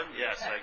Yes